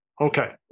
Okay